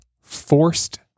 forced